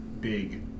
big